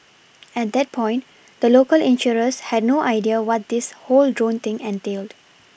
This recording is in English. at that point the local insurers had no idea what this whole drone thing entailed